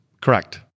Correct